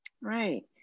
Right